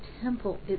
temple